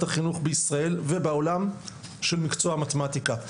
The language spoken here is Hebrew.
החינוך בישראל ובעולם של מקצוע המתמטיקה.